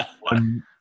one